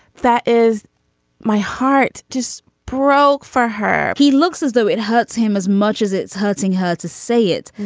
that is my heart just broke for her he looks as though it hurts him as much as it's hurting her to say it.